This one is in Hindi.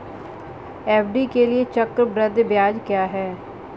एफ.डी के लिए चक्रवृद्धि ब्याज क्या है?